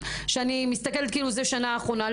יחשוב שאני מסתכלת כאילו זה שנה אחרונה.